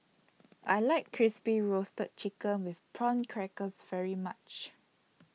I like Crispy Roasted Chicken with Prawn Crackers very much